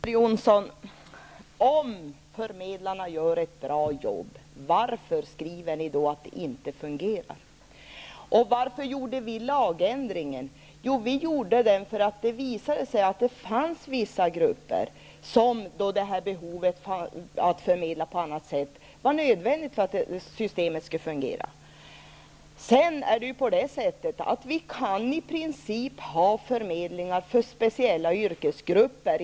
Herr talman! Om förmedlarna gör ett bra jobb, Elver Jonsson, varför skriver ni då att det inte fungerar? Anledningen till vår lagändring var att det visade sig att det fanns vissa grupper som hade behov av en förmedling på annat sätt. Det var nödvändigt för att systemet skulle fungera. I princip kan det finnas förmedlingar i dag för speciella yrkesgrupper.